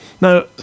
Now